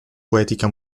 poetica